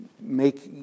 make